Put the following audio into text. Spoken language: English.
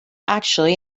actually